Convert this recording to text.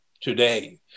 today